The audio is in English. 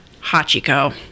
Hachiko